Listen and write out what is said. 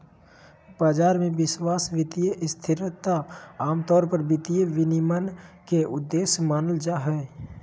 बाजार मे विश्वास, वित्तीय स्थिरता आमतौर पर वित्तीय विनियमन के उद्देश्य मानल जा हय